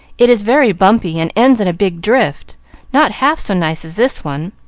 it is very bumpy and ends in a big drift not half so nice as this one.